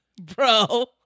bro